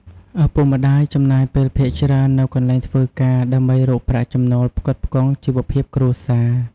ឪពុកម្ដាយ ចំណាយពេលភាគច្រើននៅកន្លែងធ្វើការ ដើម្បីរកប្រាក់ចំណូលផ្គត់ផ្គង់ជីវភាពគ្រួសារ។